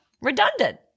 redundant